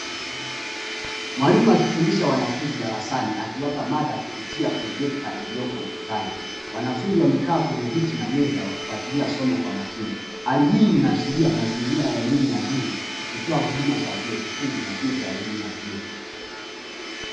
Mwalimu akifundisha wanafunzi darasani akiwapa mada kupitia projekta iliyopo ukutani, wanafunzi wamekaa kwenye viti na meza wakifuatilia somo kwa makini, hali hii inaashiria mazingira ya elimu ya juu ikitoa huduma za vyuo vikuu na vyuo vya elimu ya juu.